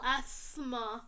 Asthma